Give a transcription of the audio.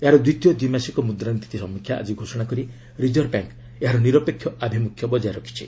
ଏହାର ଦ୍ୱିତୀୟ ଦ୍ୱିମାସିକ ମୁଦ୍ରାନୀତି ସମୀକ୍ଷା ଆଜି ଘୋଷଣା କରି ରିଜର୍ଭ ବ୍ୟାଙ୍କ୍ ଏହାର ନିରପେକ୍ଷ ଆଭିମୁଖ୍ୟ ବଜାୟ ରଖିଛି